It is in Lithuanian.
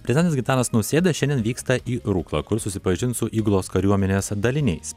prezidentas gitanas nausėda šiandien vyksta į ruklą kur susipažins su įgulos kariuomenės daliniais